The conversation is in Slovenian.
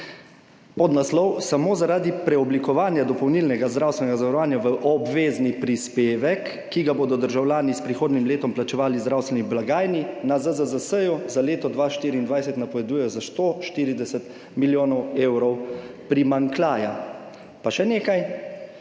podnaslov: »Samo zaradi preoblikovanja dopolnilnega zdravstvenega zavarovanja v obvezni prispevek, ki ga bodo državljani s prihodnjim letom plačevali zdravstveni blagajni.« Na ZZZS za leto 2024 napovedujejo za 140 milijonov evrov primanjkljaja. Pa še nekaj,